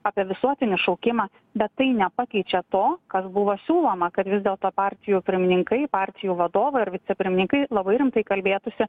apie visuotinį šaukimą bet tai nepakeičia to kas buvo siūloma kad vis dėlto partijų pirmininkai partijų vadovai ar vicepirmininkai labai rimtai kalbėtųsi